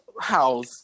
house